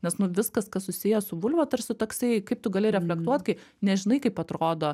nes nu viskas kas susiję su vulva tarsi toksai kaip tu gali reflektuot kai nežinai kaip atrodo